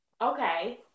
Okay